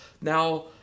now